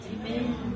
Amen